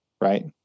right